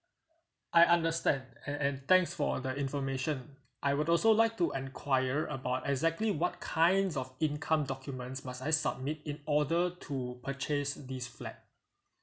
I understand and and thanks for the information I would also like to enquire about exactly what kinds of income documents must I submit in order to purchase this flat